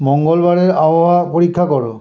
মঙ্গলবারের আবহাওয়া পরীক্ষা করো